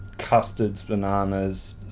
custards, bananas,